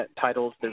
titles